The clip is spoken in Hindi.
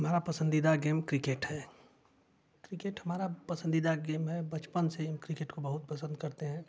मेरा पसंदीदा गेम क्रिकेट है क्रिकेट हमारा पसंदीदा गेम है बचपन से हीं क्रिकेट को बहुत पसंद करते है